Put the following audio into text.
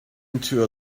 into